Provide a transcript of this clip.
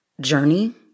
journey